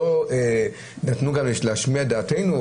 נתנו גם להשמיע את דעתנו,